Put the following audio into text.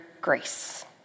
grace